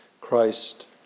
Christ